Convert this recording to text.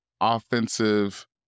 offensive